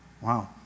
Wow